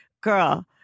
girl